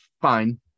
fine